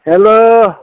hello